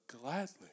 gladly